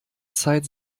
zeit